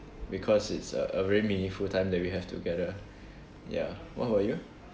because it's a a very meaningful time that we have together ya what about you